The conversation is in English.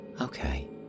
Okay